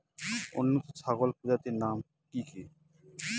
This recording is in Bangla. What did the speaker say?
উন্নত ছাগল প্রজাতির নাম কি কি?